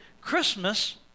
Christmas